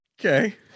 Okay